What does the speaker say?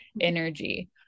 energy